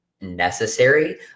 necessary